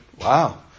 Wow